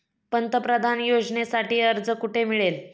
पंतप्रधान योजनेसाठी अर्ज कुठे मिळेल?